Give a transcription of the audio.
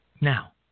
Now